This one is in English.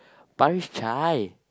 Parish-Chai